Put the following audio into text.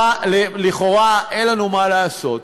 לכאורה אין לנו מה לעשות,